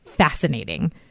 fascinating